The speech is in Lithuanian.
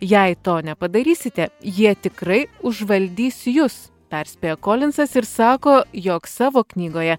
jei to nepadarysite jie tikrai užvaldys jus perspėja kolinsas ir sako jog savo knygoje